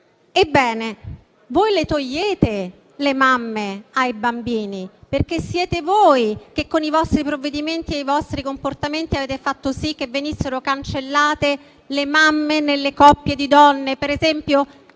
Ebbene voi togliete le mamme ai bambini, perché siete voi che con i vostri provvedimenti e i vostri comportamenti avete fatto sì che venissero cancellate le mamme nelle coppie di donne. Ricordo ad esempio